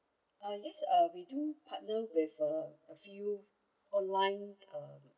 uh yes um we do partner with uh a few online uh